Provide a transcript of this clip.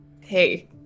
Hey